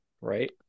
right